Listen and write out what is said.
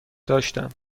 داشتم